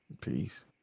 Peace